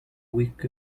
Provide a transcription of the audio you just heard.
week